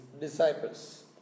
disciples